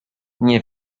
nie